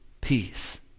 peace